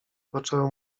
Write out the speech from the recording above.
poczęły